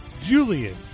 Julian